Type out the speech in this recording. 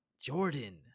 Jordan